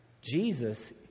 Jesus